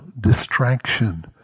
distraction